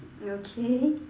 okay